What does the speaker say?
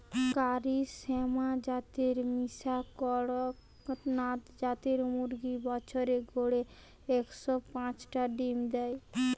কারি শ্যামা জাতের মিশা কড়কনাথ জাতের মুরগি বছরে গড়ে একশ পাচটা ডিম দেয়